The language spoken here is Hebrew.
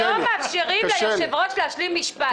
אתם לא מאפשרים ליושב-ראש להשלים משפט.